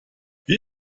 wie